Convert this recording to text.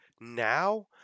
Now